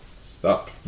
stop